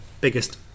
biggest